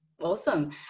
Awesome